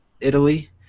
Italy